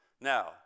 Now